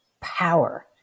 power